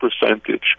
percentage